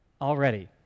already